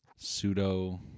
pseudo